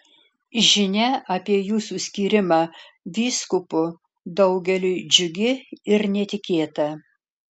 žinia apie jūsų skyrimą vyskupu daugeliui džiugi ir netikėta